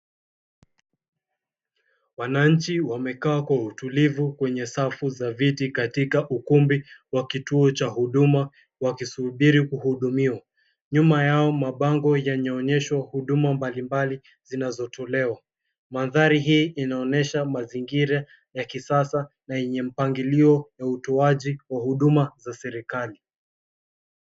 Wanainchi wamekaa kwa utulivu kwenye safu za viti , katika ukumbi wa kituo cha huduma wakisubiri kuhudumiwa. Nyuma yao yanaonyesha mabango mbalimbali zinazotolewa. Mandhari hii inaonyesha mazingira ya kisasa na yenye mpangilio ya utoaji wa huduma za serikali.